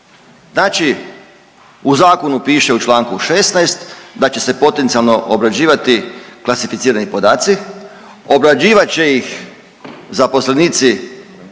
Znači u zakonu piše u članku 16. da će se potencijalno obrađivati klasificirani podaci. Obrađivat će ih zaposlenici